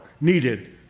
needed